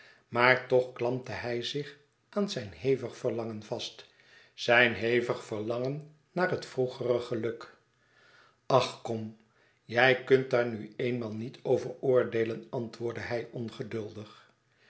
maar toch klampte hij zich aan zijn hevig verlangen vast zijn hevig verlangen naar het vroegere geluk ach kom jij kunt daar nu eenmaal niet over oordeelen antwoordde hij ongeduldig